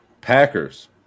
packers